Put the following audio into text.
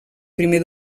primer